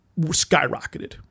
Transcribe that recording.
skyrocketed